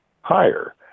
higher